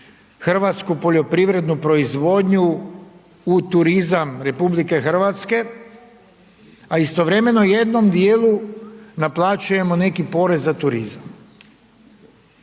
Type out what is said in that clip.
hrvatsku poljoprivrednu proizvodnju u turizam RH, a istovremeno jednom dijelu naplaćujemo neki porez za turizam.